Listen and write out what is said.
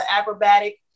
acrobatic